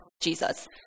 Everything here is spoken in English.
Jesus